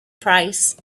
price